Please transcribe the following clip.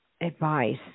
advice